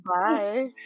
Bye